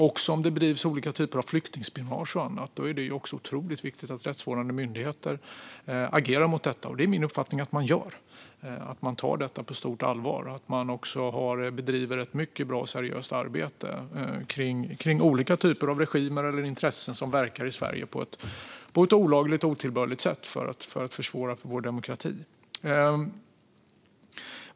Också om det bedrivs olika typer av flyktingspionage och annat är det otroligt viktigt att rättsvårdande myndigheter agerar mot detta. Det är min uppfattning att man gör det och att man tar det på stort allvar och bedriver ett mycket bra och seri-öst arbete avseende olika typer av regimer och intressen som verkar i Sverige på ett olagligt och otillbörligt sätt för att försvåra för vår demokrati.